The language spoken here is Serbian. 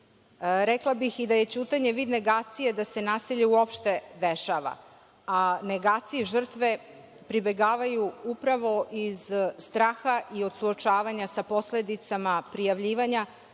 Rekla bih i da je ćutanje vid negacije da se nasilje uopšte dešava, a negaciji žrtve pribegavaju upravo iz straha i od suočavanja sa posledicama prijavljivanja,